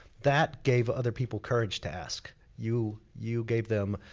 that gave other people courage to ask. you you gave them